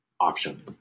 option